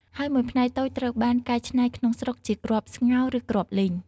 ហើយ មួយផ្នែកតូចត្រូវបានកែច្នៃក្នុងស្រុកជាគ្រាប់ស្ងោរ ឬគ្រាប់លីង។